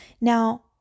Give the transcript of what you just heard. now